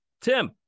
Tim